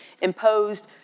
imposed